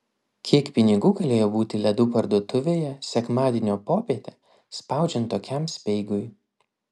kiek pinigų galėjo būti ledų parduotuvėje sekmadienio popietę spaudžiant tokiam speigui